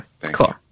Cool